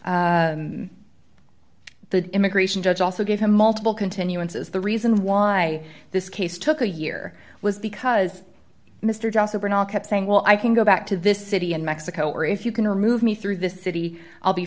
the immigration judge also gave him multiple continuances the reason why this case took a year was the cuz mr johnson all kept saying well i can go back to this city in mexico or if you can remove me through the city i'll be